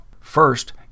First